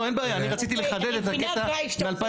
לא, אין בעיה, אני רציתי לחדד את הקטע מ-2012.